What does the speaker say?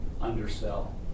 undersell